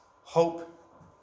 hope